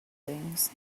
things